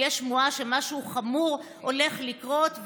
יש שמועה שמשהו חמור הולך לקרות,